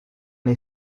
nei